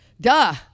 Duh